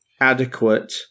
adequate